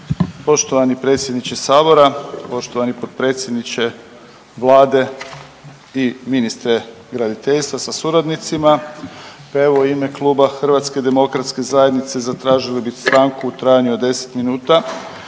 Poštovani predsjedniče sabora, poštovani potpredsjedniče Vlade i ministre graditeljstva sa suradnicima, pa evo u ime Kluba HDZ-a zatražili bi stanku u trajanju od 10 minuta